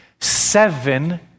seven